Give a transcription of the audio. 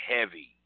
heavy